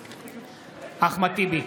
בעד אחמד טיבי,